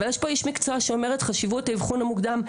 אבל יש פה איש מקצוע שאומר את חשיבות האבחון המוקדם,